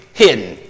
hidden